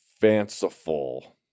fanciful